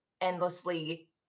endlessly